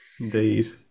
indeed